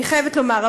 אני חייבת לומר,